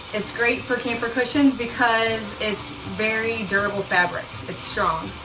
it's great for camper cushions because it's very durable fabric. it's strong.